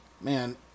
man –